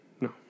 No